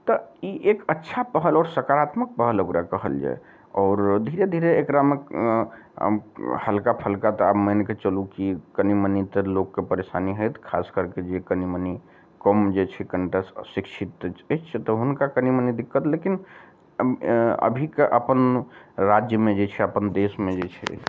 तऽ ई एक अच्छा पहल आओर सकारात्मक पहल ओकरा कहल जाय आओर धीरे धीरे एकरामे हलका फलका तऽ आब मानिके चलू की कनी मनी तऽ लोकके परेशानी होएत खास करके जे कनी मनी कम जे छै कनिटा अशिक्षित अछि तऽ हुनका कनी मनी दिक्कत लेकिन एँ अभीके अपन राज्यमे जे छै अपन देशमे जे छै